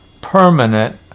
permanent